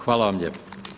Hvala vam lijepo.